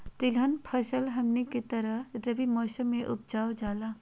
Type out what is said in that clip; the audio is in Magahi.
तिलहन फसल हमनी के तरफ रबी मौसम में उपजाल जाला